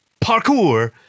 parkour